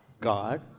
God